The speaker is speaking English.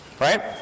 right